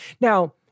Now